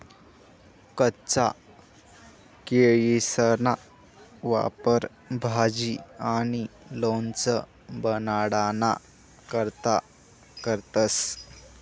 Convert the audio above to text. कच्चा केयीसना वापर भाजी आणि लोणचं बनाडाना करता करतंस